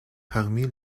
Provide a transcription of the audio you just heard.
parmi